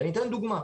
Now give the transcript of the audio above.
ואני אתן דוגמא,